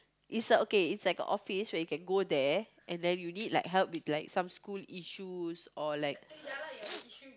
is a okay is like a office where you can go there and then you need like help with like some school issues or like